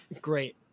Great